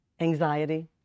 anxiety